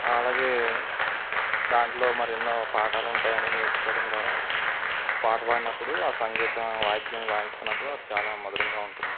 అలాగే దాంట్లో మరెన్నో పాఠాలు ఉంటాయని నేర్చుకోవడం ద్వారా ఒక పాట పాడినప్పుడు ఆ సంగీతం ఆ వాయిద్యం వాయిస్తున్నప్పుడు చాలా మధురంగా ఉంటుందండి